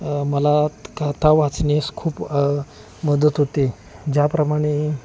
मला कथा वाचण्यास खूप मदत होते ज्याप्रमाणे